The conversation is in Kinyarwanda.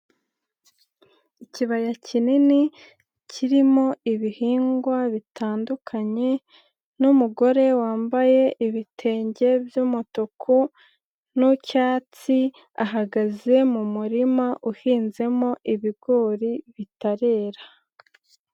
Ikibaya kinini kirimo ibihingwa bitandukanye, n'umugore wambaye ibitenge by'umutuku n'ucyatsi, ahagaze mu murima uhinzemo ibigori bitarera.